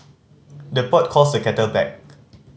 the pot calls the kettle black